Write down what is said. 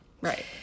Right